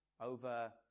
over